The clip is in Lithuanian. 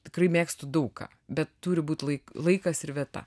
tikrai mėgstu daug ką bet turi būt lai laikas ir vieta